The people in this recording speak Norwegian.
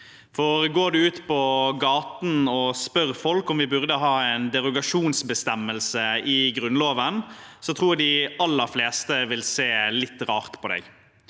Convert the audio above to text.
Går du ut på gaten og spør folk om vi burde ha en derogasjonsbestemmelse i Grunnloven, tror jeg de aller fleste vil se litt rart på deg